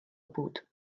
بود